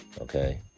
okay